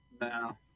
No